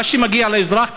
מה שמגיע לאזרח,